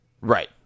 Right